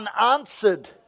unanswered